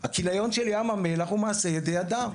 הכיליון של ים המלח הוא מעשה ידי אדם,